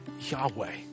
Yahweh